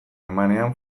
emanean